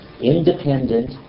independent